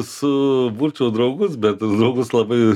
suburčiau draugus bet draugus labai